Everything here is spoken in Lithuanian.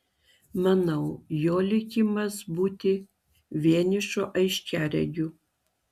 manau jo likimas būti vienišu aiškiaregiu